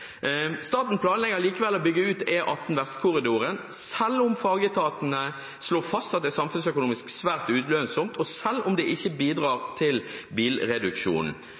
Staten planlegger likevel å bygge ut E18 Vestkorridoren selv om fagetatene slår fast at det er samfunnsøkonomisk svært ulønnsomt, og selv om det ikke bidrar til bilreduksjon.